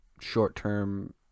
short-term